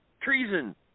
treason